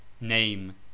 name